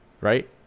Right